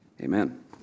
amen